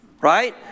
right